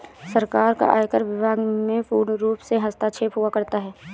सरकार का आयकर विभाग में पूर्णरूप से हस्तक्षेप हुआ करता है